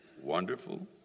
Wonderful